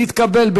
נתקבל.